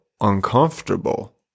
uncomfortable